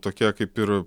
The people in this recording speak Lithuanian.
tokia kaip ir